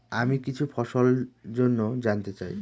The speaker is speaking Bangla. আমি কিছু ফসল জন্য জানতে চাই